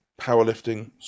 powerlifting